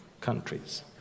countries